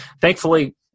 Thankfully